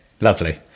lovely